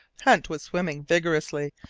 hunt was swimming vigorously,